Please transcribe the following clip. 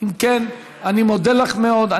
אם כן, אני מודה לך מאוד.